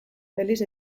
felix